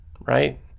right